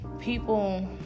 people